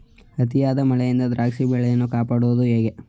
ಅತಿಯಾದ ಮಳೆಯಿಂದ ದ್ರಾಕ್ಷಿ ಬೆಳೆಯನ್ನು ಕಾಪಾಡುವುದು ಹೇಗೆ?